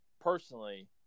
personally